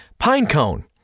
Pinecone